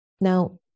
Now